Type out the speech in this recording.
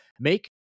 Make